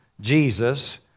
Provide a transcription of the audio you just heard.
Jesus